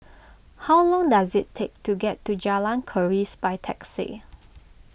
how long does it take to get to Jalan Keris by taxi